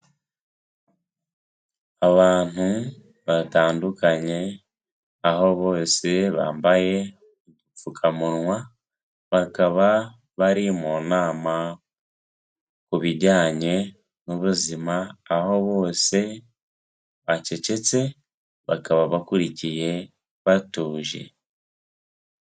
Abantu batandukanye aho bose bambaye udupfukamunwa, bakaba bari mu nama ku bijyanye n'ubuzima aho bose bacecetse, bakaba bakurikiye batuje.